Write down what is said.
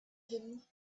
him